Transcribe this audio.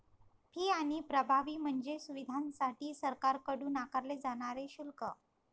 fee आणि प्रभावी म्हणजे सुविधांसाठी सरकारकडून आकारले जाणारे शुल्क